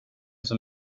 som